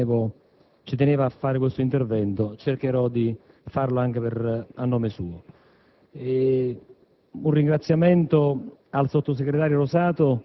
indisponibile vocalmente, e che teneva a fare questo intervento. Cercherò di farlo anche a nome suo.